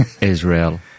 Israel